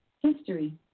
History